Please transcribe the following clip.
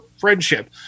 friendship